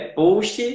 post